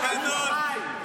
הוא חי.